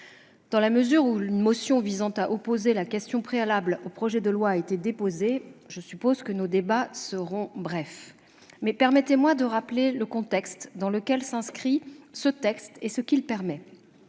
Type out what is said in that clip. Dans la mesure où une motion visant à opposer la question préalable au projet de loi a été déposée, nos débats seront brefs, mais permettez-moi de rappeler le contexte dans lequel s'inscrit ce texte, et ce qu'il permet.